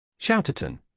Shouterton